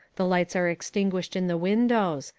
the lights are extinguished in the windows.